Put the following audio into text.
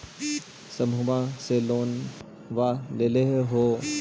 समुहवा से लोनवा लेलहो हे?